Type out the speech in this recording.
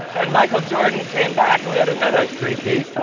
and michael jordan came back. and we had another threepeat.